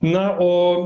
na o